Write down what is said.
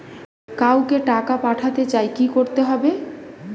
কাউকে টাকা পাঠাতে চাই কি করতে হবে?